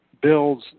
builds